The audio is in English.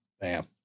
bam